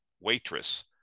waitress